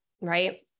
right